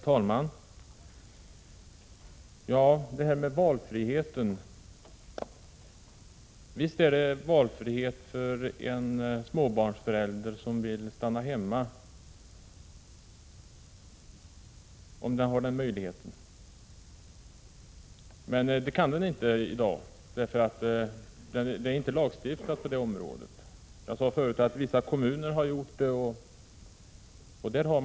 Herr talman! Visst är det valfrihet för en småbarnsförälder som vill stanna hemma, om den har den möjligheten. Men det går inte i dag, eftersom det inte är lagstadgat på detta område. Jag sade förut att man i vissa kommuner har denna möjlighet.